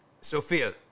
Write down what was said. Sophia